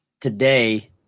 today